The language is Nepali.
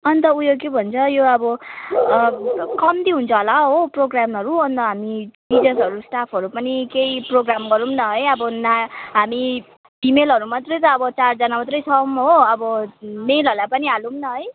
अन्त उयो के भन्छ यो अब कम्ती हुन्छ होला हो प्रोग्रामहरू अन्त हामी टिचर्सहरू स्टाफहरू पनि केही प्रोग्राम गरौँ न है अब न हामी फिमेलहरू मात्रै त अब चारजना मात्रै छौँ हो अब मेलहरूलाई पनि हालौँ न है